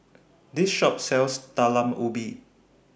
This Shop sells Talam Ubi